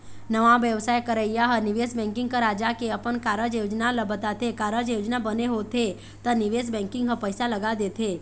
नवा बेवसाय करइया ह निवेश बेंकिग करा जाके अपन कारज योजना ल बताथे, कारज योजना बने होथे त निवेश बेंकिग ह पइसा लगा देथे